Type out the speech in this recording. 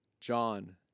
John